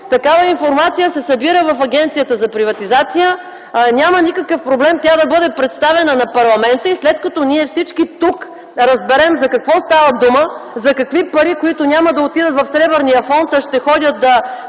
такава информация се събира в Агенцията за приватизация. Няма никакъв проблем тя да бъде представена на парламента и след като всички тук разберем за какво става дума, за какви пари, които няма да отидат в Сребърния фонд, а ще ходят да